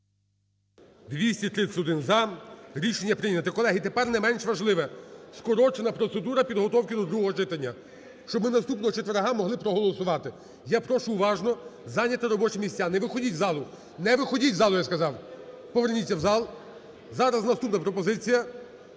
За-231 Рішення прийнято. Колеги, тепер не менш важливе. Скорочена процедура підготовки до другого читання, щоб ми наступного четверга могли проголосувати. Я прошу уважно зайняти робочі місця. Не виходіть з залу. Не виходіть з залу, я сказав! Поверніться в зал, зараз наступна пропозиція